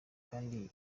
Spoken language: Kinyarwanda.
kandi